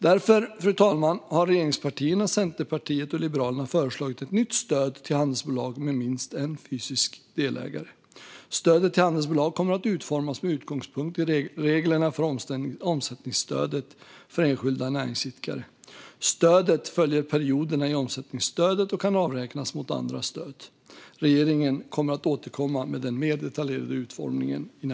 Därför har regeringspartierna, Centerpartiet och Liberalerna föreslagit ett nytt stöd till handelsbolag med minst en fysisk delägare. Stödet till handelsbolag kommer att utformas med utgångspunkt i reglerna för omsättningsstödet för enskilda näringsidkare. Stödet följer perioderna i omsättningsstödet och ska avräknas mot andra stöd. Regeringen kommer i närtid att återkomma med den detaljerade utformningen.